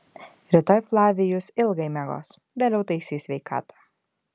rytoj flavijus ilgai miegos vėliau taisys sveikatą